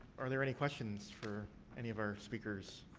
are there any questions for any of our speakers?